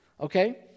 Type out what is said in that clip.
okay